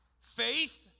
Faith